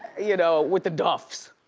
you know, with the duffs.